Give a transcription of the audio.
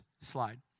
slide